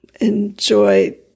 enjoy